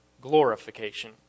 glorification